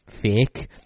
fake